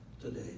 Today